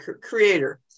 creator